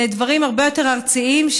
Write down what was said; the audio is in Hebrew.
לדברים הרבה יותר ארציים,